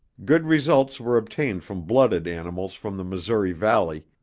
good results were obtained from blooded animals from the missouri valley,